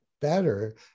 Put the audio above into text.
better